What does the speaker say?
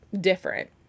different